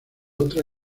otra